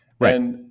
right